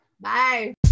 Bye